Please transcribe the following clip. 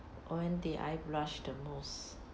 when did I blush the most